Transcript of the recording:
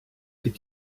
під